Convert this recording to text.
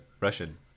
Russian